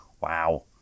Wow